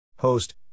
Host